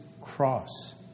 cross